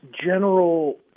general